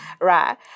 right